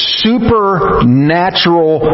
supernatural